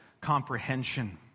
comprehension